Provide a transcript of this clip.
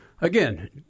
Again